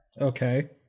Okay